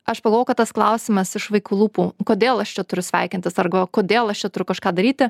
aš pagalvojau kad tas klausimas iš vaikų lūpų kodėl aš čia turiu sveikintis arba kodėl aš čia turiu kažką daryti